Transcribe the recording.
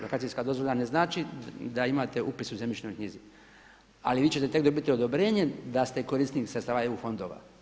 Lokacijska dozvola ne znači da imate upis u zemljišnoj knjizi ali vi ćete tek dobiti odobrenje da ste korisnik sredstava EU fondova.